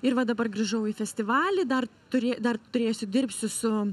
ir va dabar grįžau į festivalį dar turė dar turėsiu dirbsiu su